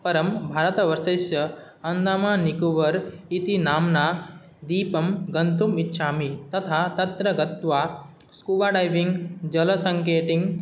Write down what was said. परं भारतवर्षस्य अन्दमान् निकोवर् इति नाम्ना द्वीपं गन्तुम् इच्छामि तथा तत्र गत्वा स्कुवाडैविङ् जलसङ्केटिङ्